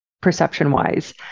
perception-wise